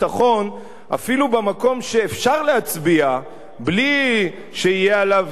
אפילו במקום שאפשר להצביע בלי שיהיו עליו איומי פיטורים,